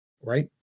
right